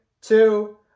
two